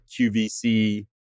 QVC